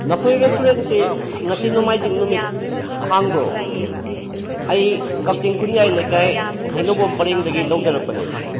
ꯅꯈꯣꯏꯒꯤ ꯔꯦꯁꯇꯨꯔꯦꯟꯁꯤ ꯉꯁꯤ ꯅꯣꯡꯃꯥꯏꯖꯤꯡ ꯅꯨꯃꯤꯠ ꯍꯥꯡꯕ꯭ꯔꯣ ꯑꯩ ꯀꯛꯆꯤꯡ ꯈꯨꯟꯌꯥꯏ ꯂꯩꯀꯥꯏ ꯍꯩꯅꯧꯕꯣꯝ ꯄꯔꯦꯡꯗꯒꯤ ꯇꯧꯖꯔꯛꯄꯅꯦ